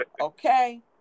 Okay